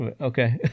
Okay